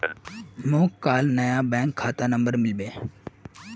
मोक काल नया बैंक खाता नंबर मिलबे